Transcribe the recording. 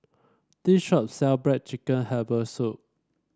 this shop sell black chicken Herbal Soup